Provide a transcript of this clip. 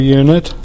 unit